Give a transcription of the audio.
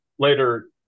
Later